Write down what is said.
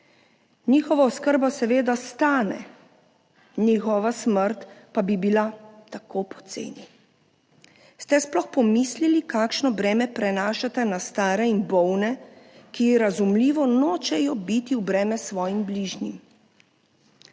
Njihova oskrba seveda stane, njihova smrt pa bi bila tako poceni. Ste sploh pomislili kakšno breme prenašate na stare in bolne, ki razumljivo nočejo biti v breme svojim bližnjim?